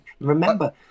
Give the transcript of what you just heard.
Remember